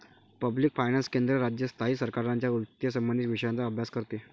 public finance केंद्र, राज्य, स्थायी सरकारांच्या वित्तसंबंधित विषयांचा अभ्यास करते